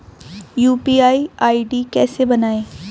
UPI ID कैसे बनाएं?